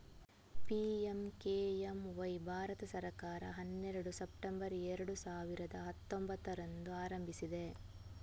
PMKMY Bharat ಸರ್ಕಾರ ಹನ್ನೆರಡು September ಎರಡು ಸಾವಿರದ ಹತ್ತೊಂಭತ್ತರಂದು ಆರಂಭಿಸಿದೆ